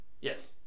yes